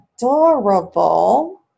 adorable